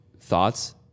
thoughts